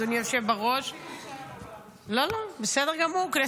אדוני היושב בראש, כנסת נכבדה, בסדר גמור.